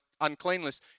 uncleanliness